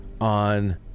on